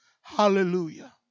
Hallelujah